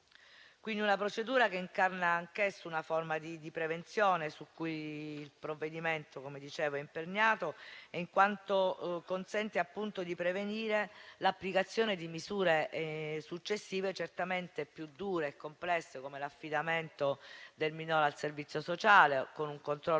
quindi di una procedura che incarna anch'esso una forma di prevenzione su cui il provvedimento è imperniato, in quanto consente di prevenire l'applicazione di misure successive, certamente più dure e complesse, come l'affidamento del minore al servizio sociale, con un controllo